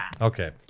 Okay